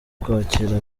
kwakira